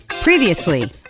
Previously